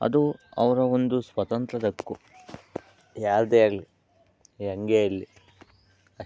ಅದು ಅವರ ಒಂದು ಸ್ವಾತಂತ್ರ್ಯದ ಹಕ್ಕು ಯಾರದ್ದೇ ಆಗಲಿ ಹೆಂಗೆ ಇರಲಿ ಅಷ್ಟು